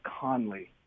Conley